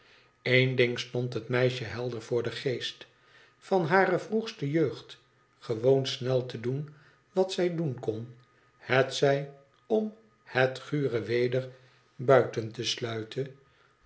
één ding stond het meisje helder voor den geest van hare vroegste jeugd gewoon snel te doen wat zij doen kon betzij om het gtue weder buiten te sluiten